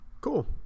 Cool